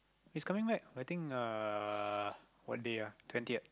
he's coming back I think uh what day ah twentieth